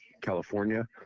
California